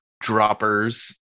droppers